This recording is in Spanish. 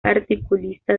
articulista